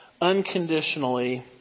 unconditionally